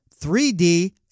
3D